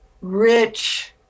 rich